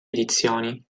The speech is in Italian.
edizioni